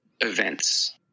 events